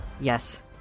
Yes